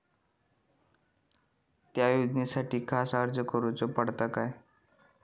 त्या योजनासाठी खास अर्ज करूचो पडता काय?